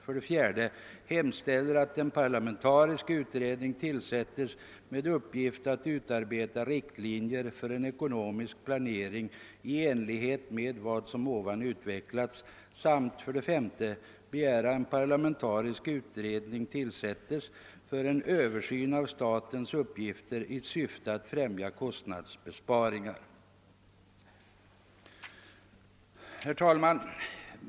För det fjärde hemställer vi att en parlamentarisk utredning tillsättes med uppgift att utarbeta riktlinjer för en ekonomisk planering i enlighet med vad som ovan utvecklats, och för det femte begär vi att en parlamentarisk utredning tillsättes för översyn av statens utgifter i syfte att främja kostnadsbesparingar. Herr talman!